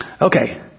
Okay